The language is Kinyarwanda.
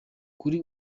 kuri